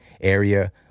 area